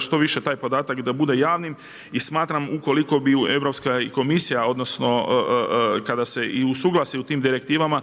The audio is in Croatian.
što više taj podatak da bude javnim. I smatram ukoliko bi Europska komisija kada se usuglasi u tim direktivama